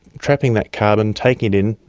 trapping that carbon, taking it in,